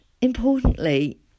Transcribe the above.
importantly